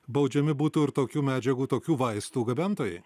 baudžiami būtų ir tokių medžiagų tokių vaistų gabentojai